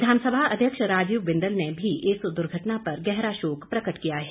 विधानसभा अध्यक्ष राजीव बिंदल ने भी इस दुर्घटना पर गहरा शोक प्रकट किया है